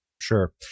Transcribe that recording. Sure